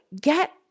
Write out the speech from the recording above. get